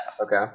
Okay